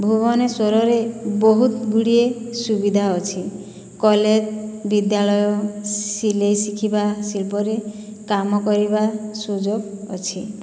ଭୁବନେଶ୍ୱରରେ ବହୁତ ଗୁଡ଼ିଏ ସୁବିଧା ଅଛି କଲେଜ ବିଦ୍ୟାଳୟ ସିଲେଇ ଶିଖିବା ଶିଳ୍ପରେ କାମ କରିବା ସୁଯୋଗ ଅଛି